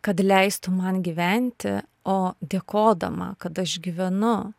kad leistų man gyventi o dėkodama kad aš gyvenu